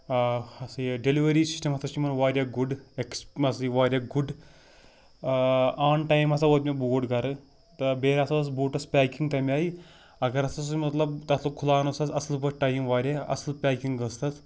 آ ہسا یہِ ڈٮ۪لِؤری سِسٹم ہسا چھُ یِمن وارِیاہ گُڈ اٮ۪کٕس مَنٛزٕے ہَسا چھِ وارِیاہ گُڈ آن ٹایم ہسا ووت مےٚ بوٗٹھ گرٕ تہٕ بیٚیہِ نَہ ہسا ٲس بوٗٹس پٮ۪کِنٛگ تَمہِ آیہِ اَگر ہسا سُہ مطلب تَتھ لوٚگ کھُلاونس حظ اَصٕل پٲٹھۍ ٹایم وارِیاہ اَصٕل پٮ۪کِنٛگ ٲس تَتھ